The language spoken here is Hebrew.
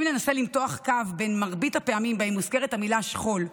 אם ננסה למתוח קו בין מרבית הפעמים שבהן מוזכרת המילה שכול,